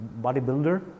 bodybuilder